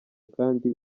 kandi